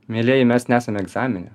mielieji mes nesam egzamine